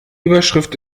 überschrift